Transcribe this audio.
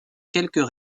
quelques